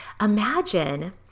Imagine